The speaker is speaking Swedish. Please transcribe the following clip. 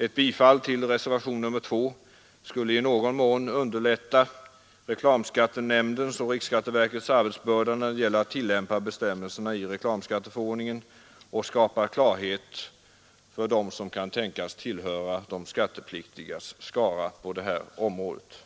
Ett bifall till reservationen 2 skulle i någon mån underlätta reklamskattenämndens och riksskatteverkets arbetsbörda när det gäller att tillämpa bestämmelserna i reklamskatteförordningen och skapa klarhet för dem som kan tänkas tillhöra de skattepliktigas skara på det här området.